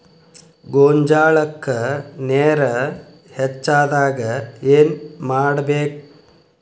ಗೊಂಜಾಳಕ್ಕ ನೇರ ಹೆಚ್ಚಾದಾಗ ಏನ್ ಮಾಡಬೇಕ್?